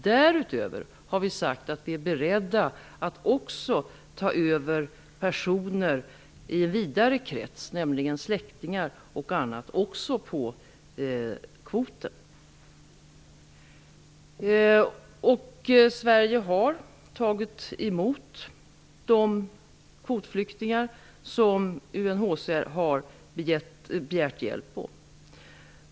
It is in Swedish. Därutöver har vi sagt att vi är beredda att också på kvoten ta över personer från en vidare krets, nämligen släktingar och andra. Sverige har tagit emot de kvotflyktingar som UNHCR har begärt hjälp om.